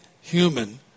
human